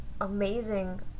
amazing